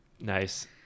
Nice